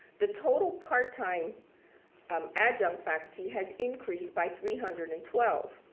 the total part-time um adjunct faculty has increased by three hundred and twelve.